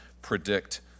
Predict